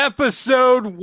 Episode